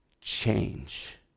change